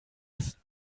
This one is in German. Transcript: lassen